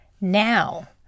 Now